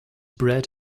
bred